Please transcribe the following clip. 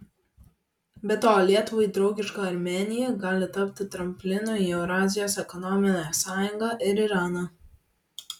be to lietuvai draugiška armėnija gali tapti tramplinu į eurazijos ekonominę sąjungą ir iraną